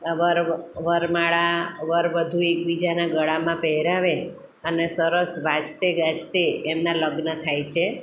વર વરમાળા વર વધુ એકબીજાને ગળામાં પહેરાવે અને અને સરસ વાજતે ગાજતે એમનાં લગ્ન થાય છે